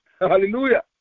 Hallelujah